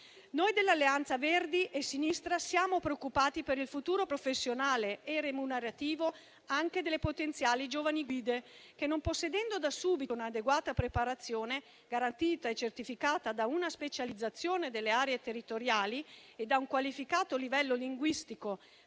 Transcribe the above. Noi dell'Alleanza Verdi e Sinistra siamo preoccupati per il futuro professionale e remunerativo anche delle potenziali giovani guide che, non possedendo da subito un'adeguata preparazione garantita e certificata da una specializzazione delle aree territoriali e da un qualificato livello linguistico